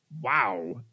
wow